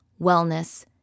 wellness